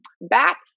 bats